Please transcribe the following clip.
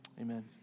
amen